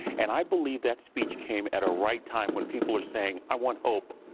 and i believe that speech came at a right time when people are saying i want hope.